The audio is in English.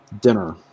dinner